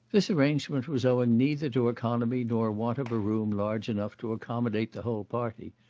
this arrangement was owing neither to economy nor want of a room large enough to accommodate the whole party,